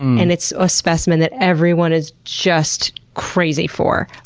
and, it's a specimen that everyone is just crazy for.